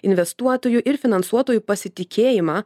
investuotojų ir finansuotojų pasitikėjimą